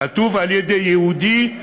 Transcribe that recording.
כתוב על-ידי יהודי,